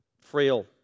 Frail